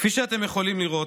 כפי שאתם יכולים לראות,